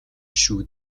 шүү